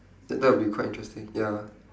tha~ that will be quite interesting ya